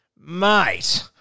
Mate